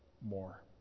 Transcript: more